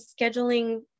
scheduling